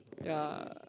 ya